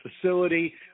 facility